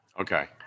Okay